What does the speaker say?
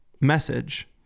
message